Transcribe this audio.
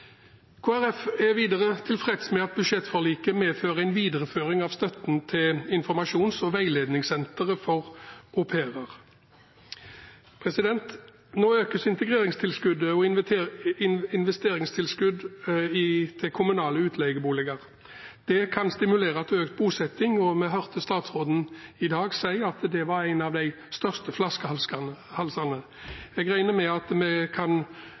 Folkeparti er videre tilfreds med at budsjettforliket medfører en videreføring av støtten til informasjons- og veiledningssenteret for au pairer. Nå økes integreringstilskuddet og investeringstilskudd til kommunale utleieboliger. Det kan stimulere til økt bosetting, og vi hørte statsråden si i dag at det var én av de største flaskehalsene. Jeg regner med at vi kan